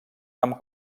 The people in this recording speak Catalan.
amb